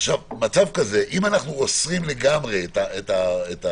במצב כזה, אם אנחנו אוסרים לגמרי את הטלפון,